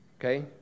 Okay